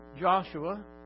Joshua